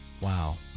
Wow